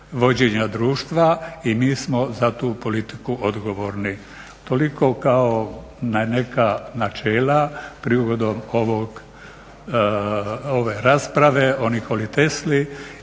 vođenja društva i mi smo za tu politiku odgovorni. Toliko kao neka načela prigodom ove rasprave o Nikoli Tesli.